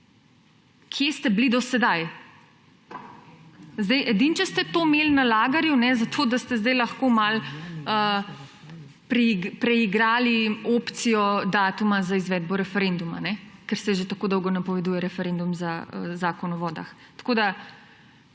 Kje ste bili do sedaj? Zdaj edino, če ste to imeli »na lagerju«, zato da ste zdaj lahko malo preigrali opcijo datuma za izvedbo referenduma, ker se že tako dolgo napoveduje referendum za Zakon o vodah. Tako da